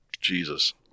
Jesus